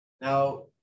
Now